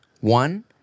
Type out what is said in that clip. One